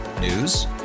News